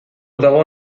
dago